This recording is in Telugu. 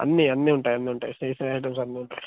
అన్నీ అన్నీ ఉంటాయి అన్నీ ఉంటాయి స్టేషనరీ ఐటమ్స్ అన్నీ ఉంటాయి